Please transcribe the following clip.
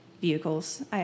vehicles